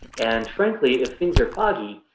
and frankly, if things are foggy,